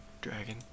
dragon